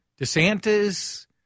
DeSantis